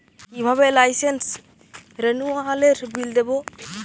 কিভাবে লাইসেন্স রেনুয়ালের বিল দেবো?